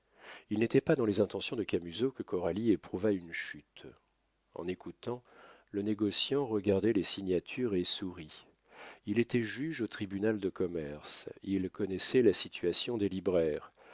il n'était pas dans les intentions de camusot que coralie éprouvât une chute en écoutant le négociant regardait les signatures et sourit il était juge au tribunal de commerce il connaissait la situation des libraires